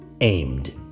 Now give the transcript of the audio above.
aimed